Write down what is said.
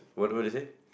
what what would you say